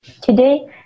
Today